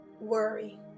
worry